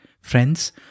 Friends